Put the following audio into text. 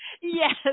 Yes